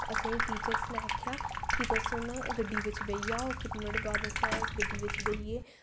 असेंगी टीचर्स नै आखेआ कि तुस हून गड्डी बिच जाओ फिर नुआढ़े बाद असें गड्डी बिच बेही गे